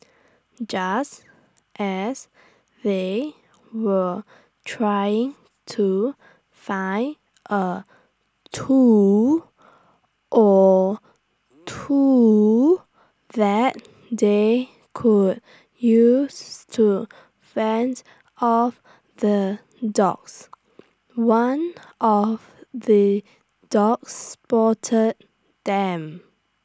just as they were trying to find A tool or two that they could use to fend off the dogs one of the dogs spot them